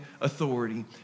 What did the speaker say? authority